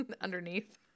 underneath